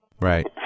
Right